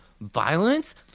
violence